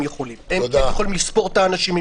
הם יכולים לספור את האנשים,